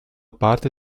parte